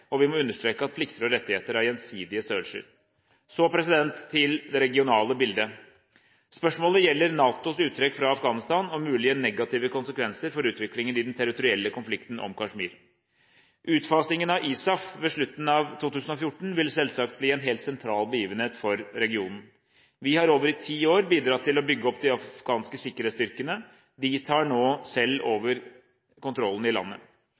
Vi må understreke at plikter og rettigheter er gjensidige størrelser. Så til det regionale bildet. Spørsmålet gjelder NATOs uttrekk fra Afghanistan og mulige negative konsekvenser for utviklingen i den territorielle konflikten om Kashmir. Utfasingen av ISAF ved slutten av 2014 vil selvsagt bli en helt sentral begivenhet for regionen. Vi har i over ti år bidratt til å bygge opp de afghanske sikkerhetsstyrkene. De tar nå selv over kontrollen i landet.